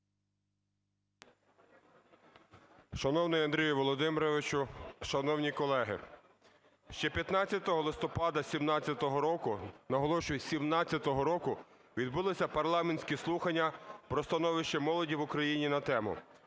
Шановний Андрій Володимирович, шановні колеги! Ще 15 листопада 17-го року, наголошую, 17-го року, відбулися парламентські слухання про становище молоді в Україні на тему: